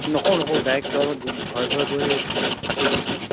নকৰোঁ নকৰোঁ ডাইৰেক্ট ঘৰে ঘৰে গৈ পাতিম প্ৰথম